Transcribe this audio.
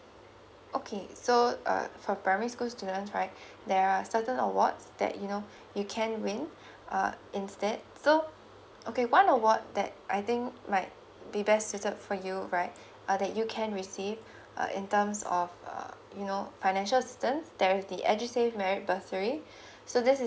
okay so uh for primary school students right there are certain awards that you know you can win uh instead so okay one award that I think might be best suited for you right uh that you can receive uh in terms of uh you know financial systems there's the edusave merit bursary so this is